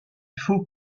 faut